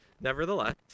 Nevertheless